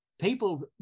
people